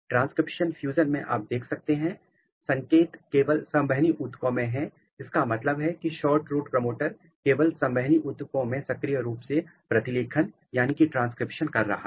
transcriptional fusion में आप देख सकते हैं संकेत केवल संवहनी ऊतकों में है जिसका मतलब है कि शॉर्ट रूट प्रमोटर केवल संवहनी ऊतकों में सक्रिय रूप से प्रतिलेखन ट्रांसक्रिप्शन कर रहा है